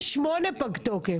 יש שמונה הצעות פג תוקף,